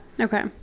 Okay